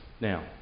Now